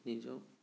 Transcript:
নিজক